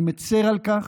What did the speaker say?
אני מצר על כך,